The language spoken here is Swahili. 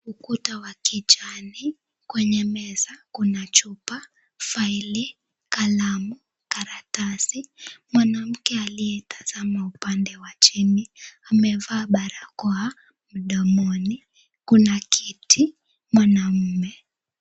Ukuta wa kijani. Kwenye meza kuna chupa, faili, kalamu, karatasi. Mwanamke aliyenitazama upande wa chini, amevaa barakoa mdomoni. Kuna kiti, mwanaume.